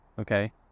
okay